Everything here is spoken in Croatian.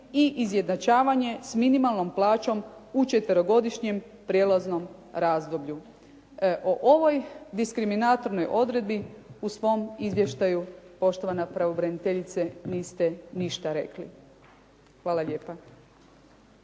i izjednačavanje s minimalnom plaćom u četverogodišnjem prijelaznom razdoblju. O ovoj diskriminatronoj odredbi u svom izvještaju poštovana pravobraniteljice niste ništa rekli. Hvala lijepa.